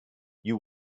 you